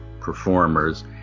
performers